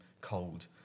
cold